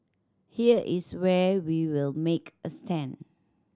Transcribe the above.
here is where we will make a stand